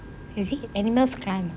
is he animals climb